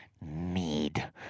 need